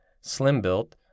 slim-built